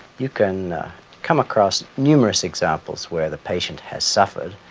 you can come across numerous examples where the patient has suffered.